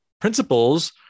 principles